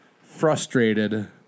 frustrated